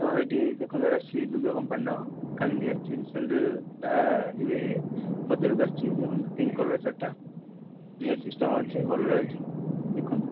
ତ ହେଇଟି ଦେଖନ୍ତୁ ଏଇଟା ଶ୍ରୀଦୁର୍ଗା କମ୍ପାନୀର କାଲି ଆସିଛି ରିସେଣ୍ଟ୍ ଏଇଟା ଏବେ ବଜାରକୁ ଆସିଛି ଦେଖନ୍ତୁ ପିଙ୍କ୍ କଲର୍ ଶାଢ଼ୀଟା ନେଟ୍ ସିଷ୍ଟମ୍ ଅଛି ଭଲ ଲାଗୁଛି ଦେଖନ୍ତୁ